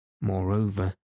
Moreover